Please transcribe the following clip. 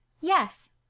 Yes